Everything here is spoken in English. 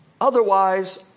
Otherwise